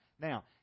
Now